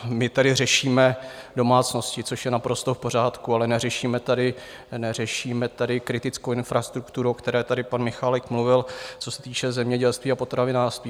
My tady řešíme domácnosti, což je naprosto v pořádku, ale neřešíme tady kritickou infrastrukturu, o které tady pan Michálek mluvil, co se týče zemědělství a potravinářství.